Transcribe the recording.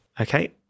Okay